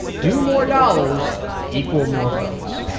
do more dollars equal more votes?